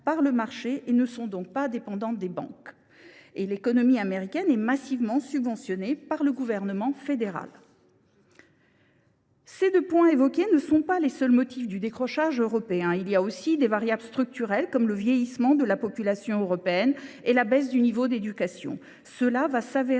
par le marché ; elles ne sont donc pas dépendantes des banques. En outre, l’économie américaine est massivement subventionnée par le gouvernement fédéral. Les deux points que je viens d’évoquer ne sont pas les seuls motifs du décrochage européen. Il y a également des variables structurelles, comme le vieillissement de la population européenne et la baisse du niveau d’éducation. Cela va se révéler